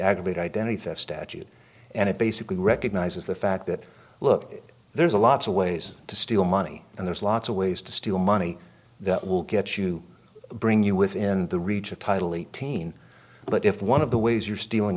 aggregate identity theft statute and it basically recognizes the fact that look there's a lots of ways to steal money and there's lots of ways to steal money that will get you bring you within the reach of title eighteen but if one of the ways you're stealing